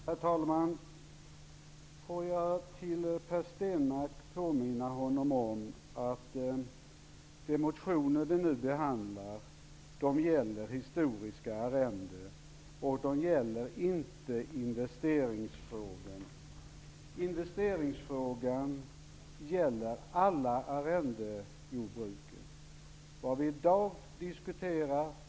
Herr talman! Jag vill påminna Per Stenmarck om att de motioner som vi nu behandlar gäller historiska arrenden, inte investeringsfrågan. Investeringsfrågan gäller alla arrendejordbruk.